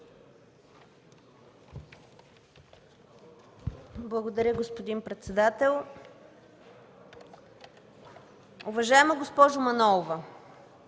Благодаря, господин председател. Уважаема госпожо Манолова,